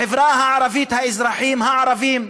החברה הערבית, האזרחים הערבים,